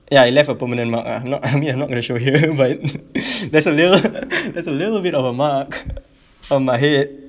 ya it left a permanent mark ah not I mean I'm not going to show you but there's a little there's a little bit of a mark on my head